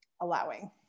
allowing